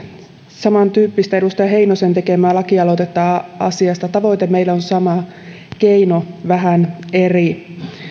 samantyyppistä edustaja heinosen tekemää lakialoitetta asiasta tavoite meillä on sama keino vähän eri